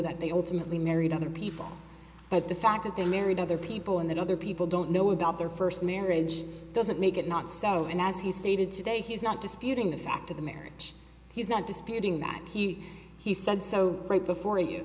that they ultimately married other people but the fact that they married other people and that other people don't know about their first marriage doesn't make it not so and as he stated today he's not disputing the fact of the marriage he's not disputing that he he said so right before you